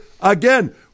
again